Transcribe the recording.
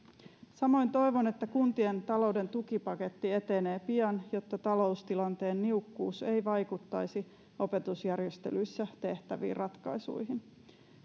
samoin toivon että kuntien talouden tukipaketti etenee pian jotta taloustilanteen niukkuus ei vaikuttaisi opetusjärjestelyissä tehtäviin ratkaisuihin